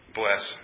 bless